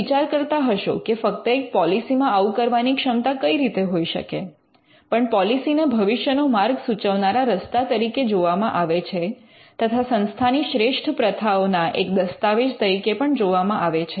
તમે વિચાર કરતા હશો કે ફક્ત એક પૉલીસી મા આવું કરવાની ક્ષમતા કઈ રીતે હોઈ શકે પણ પૉલીસી ને ભવિષ્યનો માર્ગ સૂચવનારા રસ્તા તરીકે જોવામાં આવે છે તથા સંસ્થાની શ્રેષ્ઠ પ્રથાઓ ના એક દસ્તાવેજ તરીકે પણ જોવામાં આવે છે